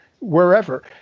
wherever